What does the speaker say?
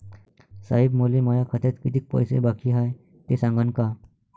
साहेब, मले माया खात्यात कितीक पैसे बाकी हाय, ते सांगान का?